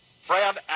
Fred